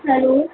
hello